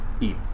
eat